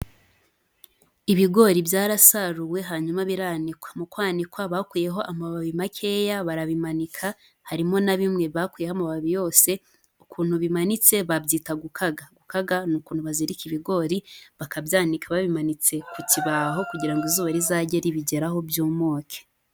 Ibigori byarasaruwe hanyuma biranikwa. Mu kwanikwa bakuyeho amababi makeya barabimanika, harimo na bimwe bakuyeho amababi yose, ukuntu bimanitse babyita gukaga. Gukaga ni ukuntu bazirika ibigori bakabyanika babimanitse ku kibaho kugira ngo izuba rizajye ribigeraho byumuke.